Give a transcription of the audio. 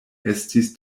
estis